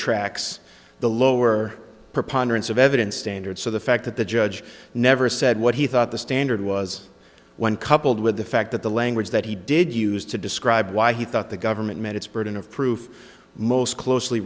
tracks the lower preponderance of evidence standard so the fact that the judge never said what he thought the standard was when coupled with the fact that the language that he did use to describe why he thought the government met its burden of proof most closely